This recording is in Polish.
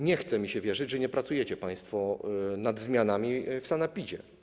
Nie chce mi się wierzyć, że nie pracujecie państwo nad zmianami w sanepidzie.